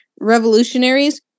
revolutionaries